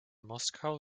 moskau